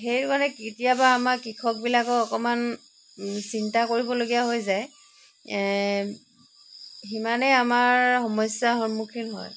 সেইবাবে কেতিয়াবা আমাৰ কৃষকবিলাকৰ অকণমান চিন্তা কৰিবলগীয়া হৈ যায় সিমানেই আমাৰ সমস্যা সন্মুখীন হয়